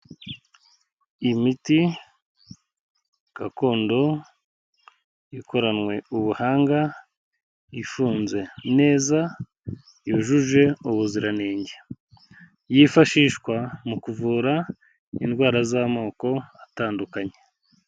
Imiti gakondo, ikoranwe ubuhanga, ifunze neza, yujuje ubuziranenge, yifashishwa mu kuvura indwara z'amoko atandukanye.